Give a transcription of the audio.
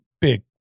big